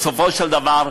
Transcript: בסופו של דבר,